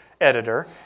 editor